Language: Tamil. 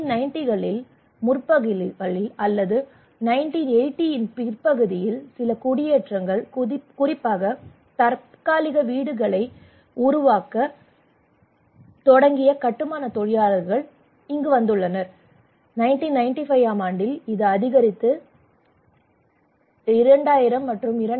1990களின் முற்பகுதியில் அல்லது 1980களின் பிற்பகுதியில் சில குடியேற்றங்கள் குறிப்பாக தற்காலிக வீடுகளை உருவாக்கத் தொடங்கிய கட்டுமானத் தொழிலாளர்கள் வந்துள்ளனர் 1995 ஆம் ஆண்டில் இது அதிகரித்து மந்திரிகள்